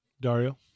Dario